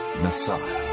Messiah